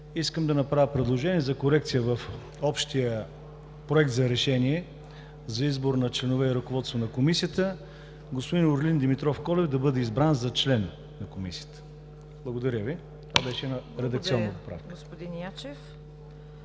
искам да направя предложение за корекция в Общия проект за решение за избор на членове и ръководство на Комисията – господин Орлин Димитров Колев да бъде избран за член на Комисията. Благодаря Ви. Това беше редакционна поправка.